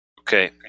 Okay